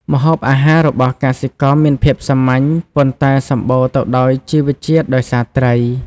ម្ហូបអាហារ របស់កសិករមានភាពសាមញ្ញ ប៉ុន្តែសម្បូរទៅដោយជីវជាតិដោយសារត្រី។